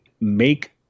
make